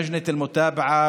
ועדת המעקב,